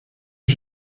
que